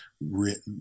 written